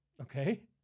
Okay